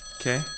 Okay